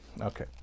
Okay